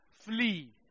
flee